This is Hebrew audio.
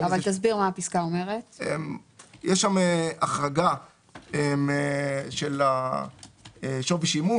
יש שם החרגה של שווי שימוש.